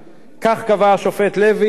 כך ידענו 45 שנה,